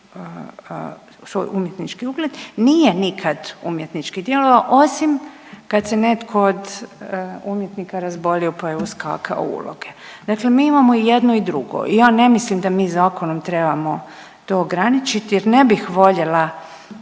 svoj umjetnički ugled, nije nikad umjetnički djelovao osim kad se netko od umjetnika razbolio pa je uskakao u uloge. Dakle, mi imamo i jedno i drugo i ja ne mislim da mi zakonom trebamo to ograničiti jer ne bih voljela